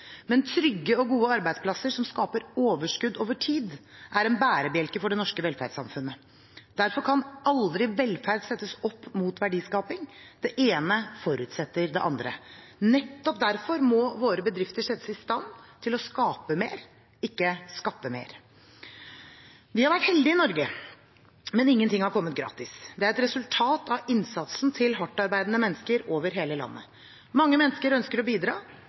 Men trygge og gode arbeidsplasser som skaper overskudd over tid, er en bærebjelke for det norske velferdssamfunnet. Derfor kan aldri velferd settes opp mot verdiskaping – det ene forutsetter det andre. Nettopp derfor må våre bedrifter settes i stand til å skape mer, ikke skatte mer. Vi har vært heldige i Norge, men ingenting har kommet gratis. Det er et resultat av innsatsen til hardtarbeidende mennesker over hele landet. Mange mennesker ønsker å bidra,